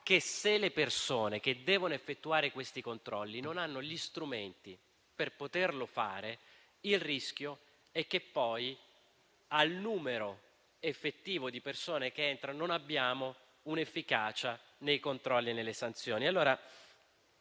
che, se le persone che devono effettuare i controlli non hanno gli strumenti per farli, il rischio è che poi al numero effettivo di persone che entrano non corrisponda un'efficacia nei controlli e nelle sanzioni.